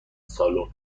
سالن